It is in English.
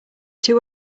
too